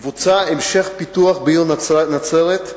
יבוצע המשך הפיתוח בעיר נצרת,